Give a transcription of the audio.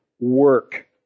work